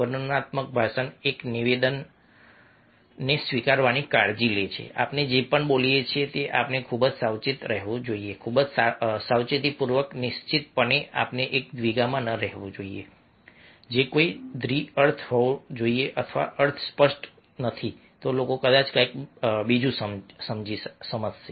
વર્ણનાત્મક ભાષણ એક નિવેદનને સ્વીકારવાની કાળજી લે છે આપણે જે પણ બોલીએ છીએ તે આપણે ખૂબ જ સાવચેત રહેવું જોઈએ ખૂબ જ સાવચેતીપૂર્વક નિશ્ચિતપણે આપણે એવી દ્વિધામાં ન રહેવું જોઈએ કે તેનો કોઈ દ્વિ અર્થ હોવો જોઈએ અથવા અર્થ સ્પષ્ટ નથી લોકો કદાચ કંઈક બીજું સમજો